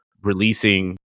releasing